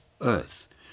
earth